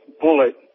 bullet